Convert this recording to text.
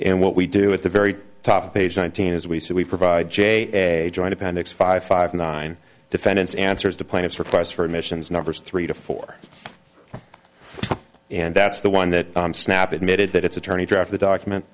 and what we do at the very top of page nineteen as we said we provide j a joint appendix five five nine defendants answers to plaintiffs requests for admissions numbers three to four and that's the one that snap admitted that it's attorney draft the document